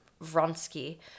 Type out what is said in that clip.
Vronsky